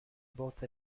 both